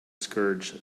scourge